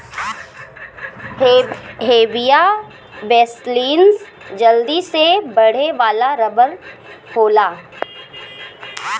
Hevea brasiliensis जल्दी से बढ़े वाला रबर होला